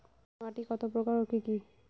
মাটি কত প্রকার ও কি কি?